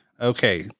okay